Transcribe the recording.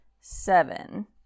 seven